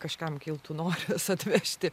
kažkam kiltų noras atvežti